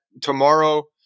tomorrow